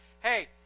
hey